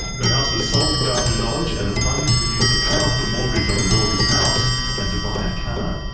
her house was sold without her knowledge and the funds were used to pay off the mortgage on the daughters' house and to buy a car.